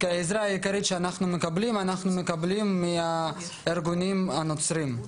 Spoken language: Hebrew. את העזרה העיקרית אנחנו מקבלים מהארגונים הנוצריים.